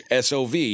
SOV